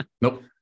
Nope